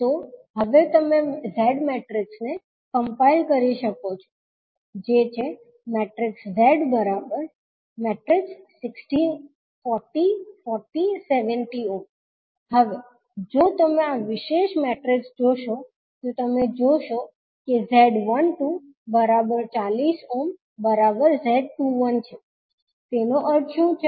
તો હવે તમે Z મેટ્રિક્સ ને કમ્પાઇલ કરી શકો છો જે છે હવે જો તમે આ વિશેષ મેટ્રિક્સ જોશો તો તમે જોશો કે 𝐳12 40𝛺 𝐳21 છે તેનો અર્થ શું છે